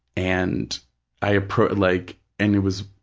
and i approa, like and it was,